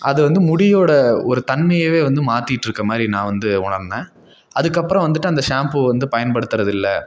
அது வந்து முடியோடய ஒரு தன்மையைவே வந்து மாற்றிட்டுருக்க மாதிரி நான் வந்து உணர்ந்தேன் அதுக்கப்புறம் வந்துட்டு அந்த ஷாம்பு வந்து பயன்படுத்துறது இல்லை